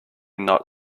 not